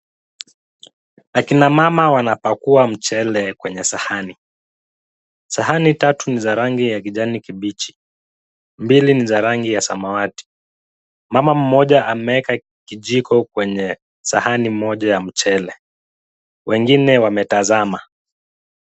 Akina mama wanapakua mchele kwenye sahani, sahani tatu ni za rangi ya kijani kibichi, mbili ni za rangi ya samawati. Mama mmoja ameweka kijiko kwenye sahani moja ya mchele, wengine wametazama.